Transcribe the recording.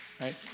Right